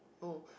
oh